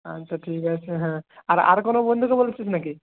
আচ্ছা ঠিক আছে হ্যাঁ আর আর কোনো বন্ধুকে বলেছিস নাকি